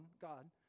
God